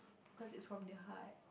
cause is from the heart